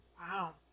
Wow